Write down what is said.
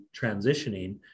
transitioning